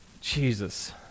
Jesus